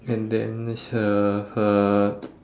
and then her her